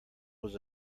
was